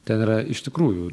ten yra iš tikrųjų